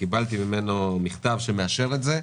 קיבלתי ממנו מכתב שמאשר את זה.